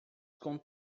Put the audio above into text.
com